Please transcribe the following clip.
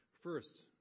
First